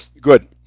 good